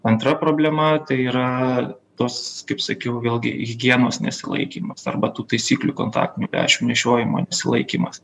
antra problema tai yra tos kaip sakiau vėlgi higienos nesilaikymas arba tų taisyklių kontaktinių lęšių nešiojimo nesilaikymas